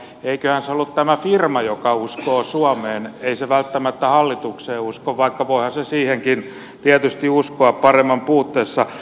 eiköhän se ollut tämä firma joka uskoo suomeen ei se välttämättä hallitukseen usko vaikka voihan se siihenkin tietysti uskoa paremman puutteessa